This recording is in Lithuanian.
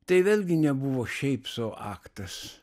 tai vėlgi nebuvo šiaip sau aktas